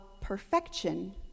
perfection